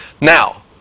Now